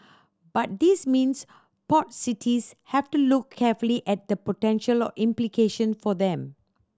but these means port cities have to look carefully at the potential implication for them